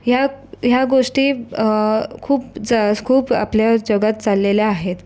ह्या ह्या गोष्टी खूप जास खूप आपल्या जगात चाललेल्या आहेत